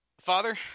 Father